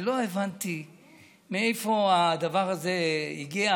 אני לא הבנתי מאיפה הדבר הזה הגיע.